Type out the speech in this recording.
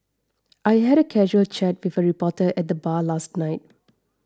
I had a casual chat with a reporter at the bar last night